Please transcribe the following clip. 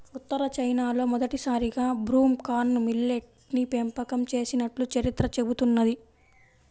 ఉత్తర చైనాలో మొదటిసారిగా broom corn millet ని పెంపకం చేసినట్లు చరిత్ర చెబుతున్నది